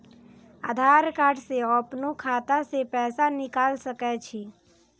आधार कार्ड से अपनो खाता से पैसा निकाल सके छी?